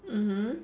mmhmm